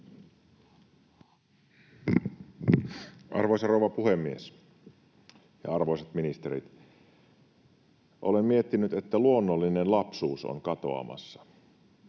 Arvoisa rouva puhemies ja arvoisat ministerit! Olen miettinyt, että luonnollinen lapsuus on katoamassa.